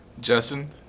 Justin